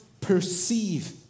perceive